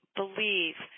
believe